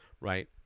right